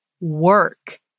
work